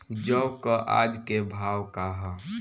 जौ क आज के भाव का ह?